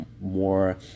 more